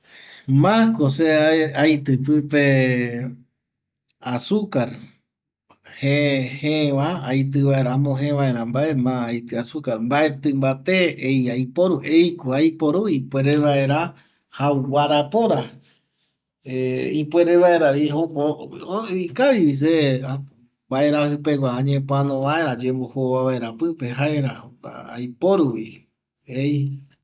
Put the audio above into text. Mako se aiti pipe azucar jeva amoje vaera mbae ma aiti azucar mbaeti mbate ei aiporu, eiko aiporu ipuere vaera jau guarapora ipuere vaeravi se ikavi mbaerajipera añepoano vaera ayembo jova vaera pƚpe jaera jokua aiporuvi ei